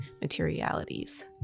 Materialities